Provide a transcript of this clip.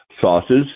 sauces